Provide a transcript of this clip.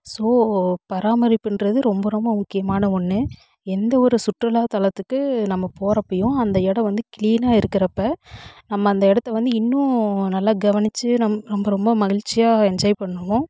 so பராமரிப்புன்றது ரொம்ப ரொம்ப முக்கியமான ஒன்று எந்த ஒரு சுற்றுலாத்தலத்துக்கு நம்ம போறப்பையும் அந்த இடம் வந்து கிளீனாக இருக்குறப்போ நம்ம அந்த இடத்த வந்து இன்னும் நல்லா கவனிச்சு நம் நம்ப ரொம்ப மகிழ்ச்சியாக என்ஜாய் பண்ணுவோம்